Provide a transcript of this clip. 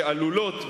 שעלולות,